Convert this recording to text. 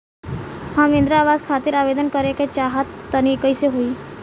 हम इंद्रा आवास खातिर आवेदन करे क चाहऽ तनि कइसे होई?